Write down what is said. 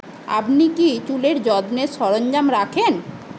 আপনি কি চুলের যত্নের সরঞ্জাম রাখেন